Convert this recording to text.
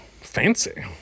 fancy